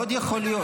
מאוד יכול להיות,